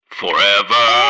forever